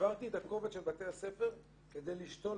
העברתי את הקובץ של בתי הספר כדי לשתול